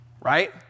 right